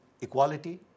equality